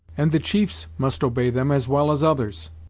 and the chiefs must obey them as well as others.